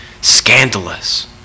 scandalous